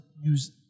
use